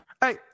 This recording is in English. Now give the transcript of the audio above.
Hey